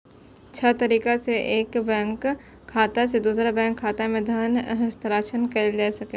छह तरीका सं एक बैंक खाता सं दोसर बैंक खाता मे धन हस्तांतरण कैल जा सकैए